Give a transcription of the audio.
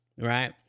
right